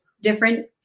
different